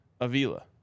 avila